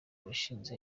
washinze